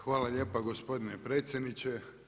Hvala lijepa gospodine predsjedniče.